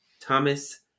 Thomas